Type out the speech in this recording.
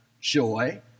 joy